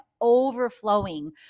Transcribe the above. overflowing